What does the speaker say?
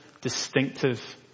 distinctive